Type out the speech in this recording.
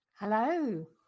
Hello